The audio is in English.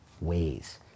ways